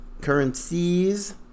currencies